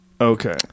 okay